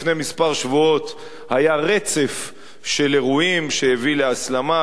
לפני כמה שבועות היה רצף של אירועים שהביא להסלמה,